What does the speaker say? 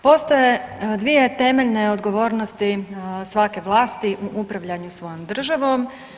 Postoje dvije temeljne odgovornosti svake vlasti u upravljanju svojom državom.